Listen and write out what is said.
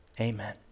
Amen